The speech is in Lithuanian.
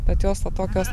bet jos va tokios